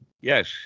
Yes